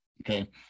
okay